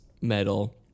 metal